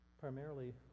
Primarily